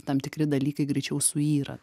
tam tikri dalykai greičiau suyra